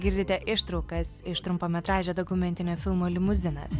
girdite ištraukas iš trumpametražio dokumentinio filmo limuzinas